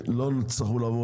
לא תצטרכו לעבור,